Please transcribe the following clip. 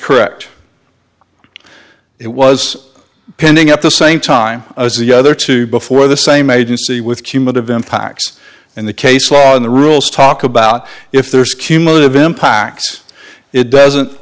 correct it was pending at the same time as the other two before the same agency with cumulative impacts and the case law and the rules talk about if there's cumulative impacts it doesn't